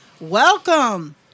Welcome